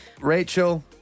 Rachel